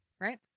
Right